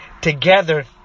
together